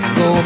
go